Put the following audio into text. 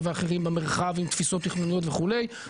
ואחרים במרחב עם תפיסות תכנוניות וכולי.